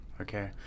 Okay